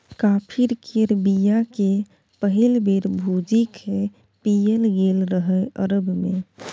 coffee केर बीया केँ पहिल बेर भुजि कए पीएल गेल रहय अरब मे